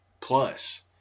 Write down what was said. plus